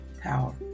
Power